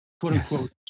quote-unquote